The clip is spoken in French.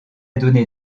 donné